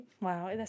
Wow